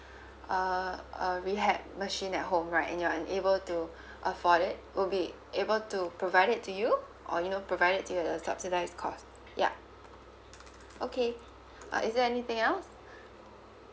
a a rehab machine at home right and you're unable to afford it we'll be able to provide it to you or you know provide it to you at a subsidised cost yup okay uh is there anything else